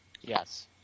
Yes